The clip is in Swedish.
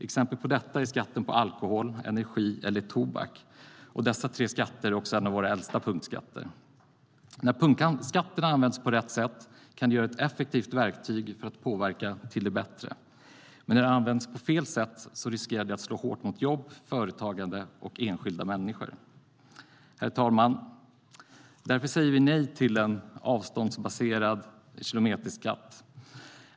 Exempel på detta är skatten på alkohol, energi och tobak. Dessa tre skatter är också våra äldsta punktskatter. När punktskatterna används på rätt sätt kan de utgöra ett effektivt verktyg för att påverka till det bättre. Men när de används på fel sätt riskerar de att slå hårt mot jobb, företagande och enskilda människor. Herr talman! Därför säger vi nej till en avståndsbaserad kilometerskatt.